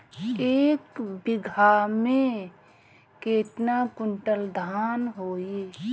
एक बीगहा में केतना कुंटल धान होई?